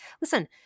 Listen